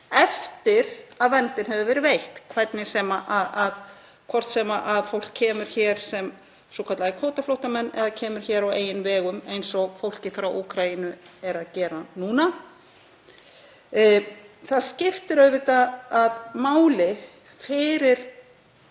eftir að verndin hefur verið veitt, hvort sem fólk kemur hér sem svokallaðir kvótaflóttamenn eða kemur á eigin vegum eins og fólk frá Úkraínu er að gera núna. Það skiptir auðvitað máli fyrir